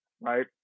right